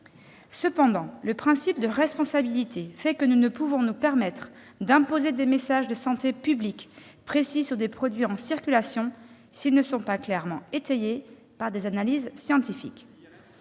eu égard au principe de responsabilité, nous ne pouvons nous permettre d'imposer des messages de santé publique précis sur des produits en circulation s'ils ne sont pas clairement étayés par des analyses scientifiques.